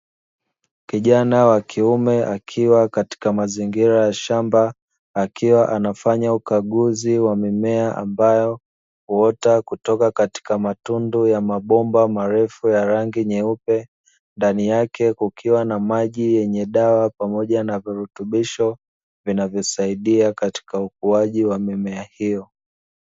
Kijana wa kiume akiwa katika mazingira ya shamba, akiwa anafanya ukaguzi wa mimea ambayo huota katika matundu ya bomba marefu ya rangi nyeupe, ndani yake kukiwa na maji yenye dawa pamoja na virutubisho vinavyosaidia katika ukuaji wa mimea hiyo.